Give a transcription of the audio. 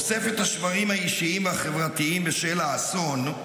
אוסף את השברים האישיים והחברתיים בשל האסון,